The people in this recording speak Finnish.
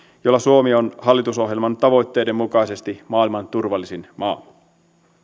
jolla suomi on hallitusohjelman tavoitteiden mukaisesti maailman turvallisin maa